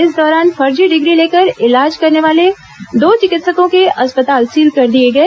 इस दौरान फर्जी डिग्री लेकर इलाज करने वाले दो चिकित्सकों के अस्पताल सील कर दिए गए